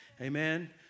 Amen